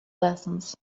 lessons